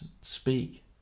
speak